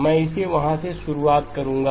मैं इसे वहां से शुरुआत करूंगा